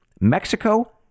Mexico